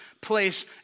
place